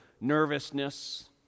nervousness